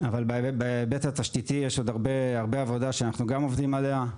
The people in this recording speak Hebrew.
אבל בהיבט התשתיתי יש עוד הרבה עבודה שאנחנו גם עובדים עליה,